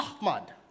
Ahmad